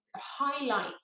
highlight